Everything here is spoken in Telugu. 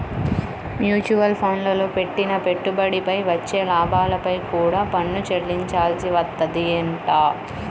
మ్యూచువల్ ఫండ్లల్లో పెట్టిన పెట్టుబడిపై వచ్చే లాభాలపై కూడా పన్ను చెల్లించాల్సి వత్తదంట